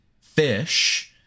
fish—